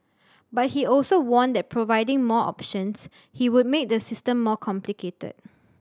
but he also warned that providing more options he would make the system more complicated